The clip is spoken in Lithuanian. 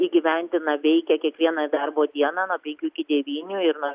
įgyvendina veikia kiekvieną darbo dieną nuo penkių iki devynių ir nuo